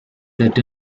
set